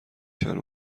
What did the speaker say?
چند